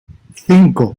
cinco